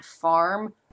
farm